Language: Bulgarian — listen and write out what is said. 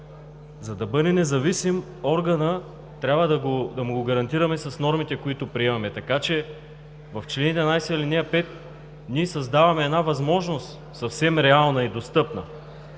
За да бъде независим органът, трябва да му го гарантираме с нормите, които приемаме. Така че в чл. 11, ал. 5 ние създаваме една възможност съвсем реална и достъпна.